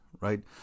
right